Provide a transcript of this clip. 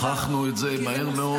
הוכחנו את זה מהר מאוד.